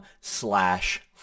slash